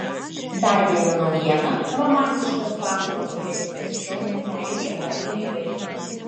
dar viena naujiena romantiškas vasaros realybės šou meilė ar pinigai